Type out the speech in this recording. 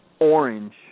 Orange